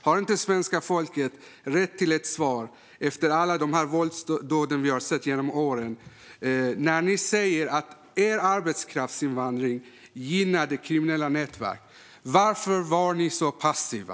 Har inte svenska folket rätt att få svar efter alla våldsdåd vi har sett genom åren? Eftersom ni säger att arbetskraftsinvandring gynnar de kriminella nätverken, varför var ni så passiva?